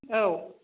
औ